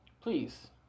Please